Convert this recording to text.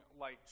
light